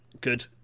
good